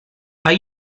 are